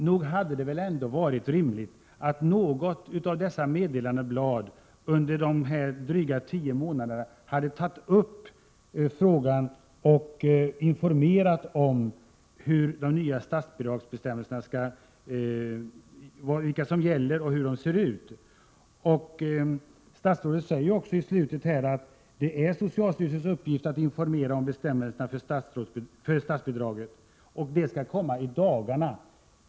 Nog hade det väl ändå, statsrådet, varit rimligt att man i något av meddelandebladen under dessa dryga tio månader hade tagit upp frågan och informerat om vilka bestämmelser som gäller och vad de innebär. Statsrådet säger ju i slutet av sitt svar att det är socialstyrelsens uppgift att informera om bestämmelserna för statsbidraget och att meddelande skall komma ut ”i dagarna”.